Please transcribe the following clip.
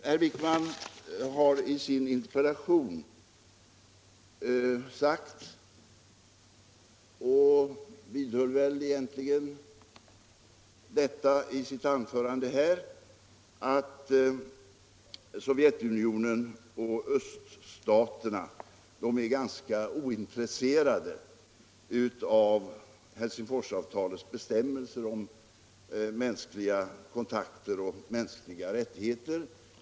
Herr Wijkman har i sin interpellation sagt, och vidhöll väl det i sitt anförande här, att Sovjetunionen och de andra öststaterna är ganska ointresserade av Helsingforsavtalets bestämmelser om mänskliga kontakter och rättigheter.